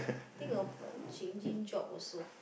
think of a changing job also